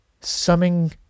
summing